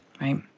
right